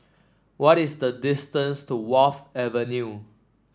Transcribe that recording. what is the distance to Wharf Avenue